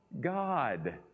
God